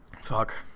fuck